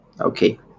Okay